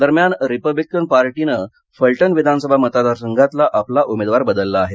दरम्यान रिपब्लिकन पार्टीनं फुलटणु विधानसभा मतदार संघातला आपला उमेदवार बदलला आहे